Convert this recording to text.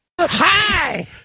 Hi